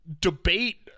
debate